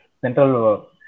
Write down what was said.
central